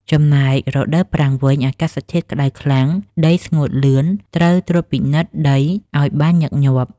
ចំំណែក រដូវប្រាំងវិញ អាកាសធាតុក្តៅខ្លាំង ដីស្ងួតលឿន ត្រូវត្រួតពិនិត្យដីឱ្យបានញឹកញាប់។